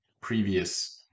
previous